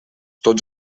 tots